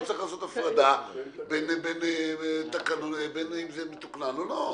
צריך לעשות הפרדה בין אם זה מתוקנן או לא.